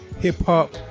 Hip-Hop